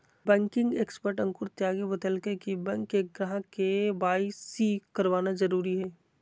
banking expert Ankur Tyagi बतयलकय कि bank के ग्राहक के.वाई.सी करवाना जरुरी हइ